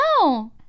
no